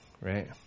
right